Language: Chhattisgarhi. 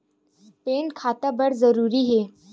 पैन खाता बर जरूरी हे?